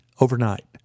overnight